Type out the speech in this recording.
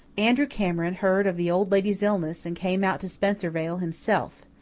andrew cameron heard of the old lady's illness and came out to spencervale himself.